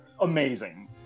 amazing